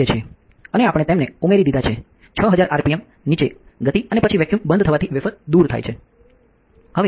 અને આપણે તેમને ઉમેરી દીધાં છે 6000 આરપીએમ નીચે ગતિ અને પછી વેક્યૂમ બંધ થવાથી વેફર દૂર થાય છે